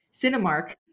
Cinemark